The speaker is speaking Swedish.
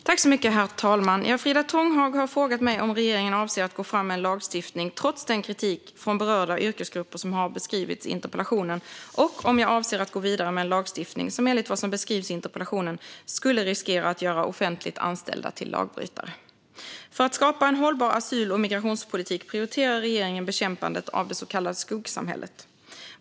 Herr ålderspresident! Frida Tånghag har frågat mig om regeringen avser att gå fram med en lagstiftning trots den kritik från berörda yrkesgrupper som har beskrivits i interpellationen och om jag avser att gå vidare med en lagstiftning som enligt vad som beskrivs i interpellationen skulle riskera att göra offentligt anställda till lagbrytare. För att skapa en hållbar asyl och migrationspolitik prioriterar regeringen bekämpandet av det så kallade skuggsamhället.